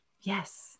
Yes